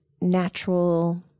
natural